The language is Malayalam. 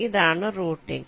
ഇതാണ് റൂട്ടിംഗ്